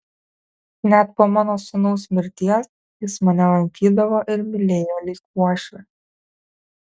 net po mano sūnaus mirties jis mane lankydavo ir mylėjo lyg uošvę